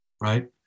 Right